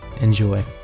enjoy